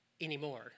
anymore